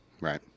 Right